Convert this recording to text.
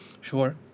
Sure।